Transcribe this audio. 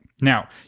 Now